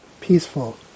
peaceful